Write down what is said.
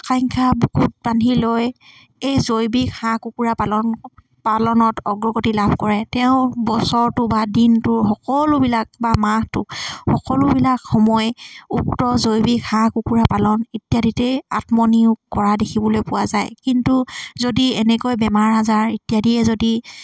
আকাংক্ষা বুকুত বান্ধি লৈ এই জৈৱিক হাঁহ কুকুৰা পালন পালনত অগ্ৰগতি লাভ কৰে তেওঁ বছৰটো বা দিনটো সকলোবিলাক বা মাহটো সকলোবিলাক সময় উক্ত জৈৱিক হাঁহ কুকুৰা পালন ইত্যাদিতেই আত্মনিয়োগ কৰা দেখিবলৈ পোৱা যায় কিন্তু যদি এনেকৈ বেমাৰ আজাৰ ইত্যাদিয়ে যদি